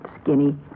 skinny